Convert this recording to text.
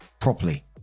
properly